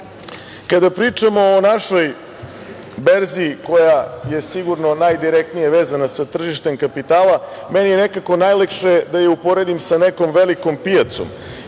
pričamo o našoj berzi koja je sigurno najdirektnija veza sa tržištem kapitala, meni je nekako najlakše da je uporedim sa nekom velikom pijacom